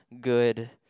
good